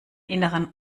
inneren